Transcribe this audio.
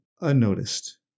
unnoticed